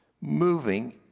moving